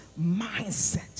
mindset